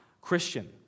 Christian